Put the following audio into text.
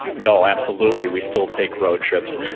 no, absolutely we still take road trips.